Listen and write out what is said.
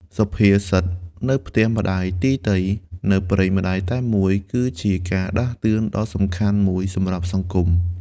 សុភាសិត "នៅផ្ទះម្ដាយទីទៃ នៅព្រៃម្ដាយតែមួយ" គឺជាការដាស់តឿនដ៏សំខាន់មួយសម្រាប់សង្គម។